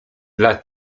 dla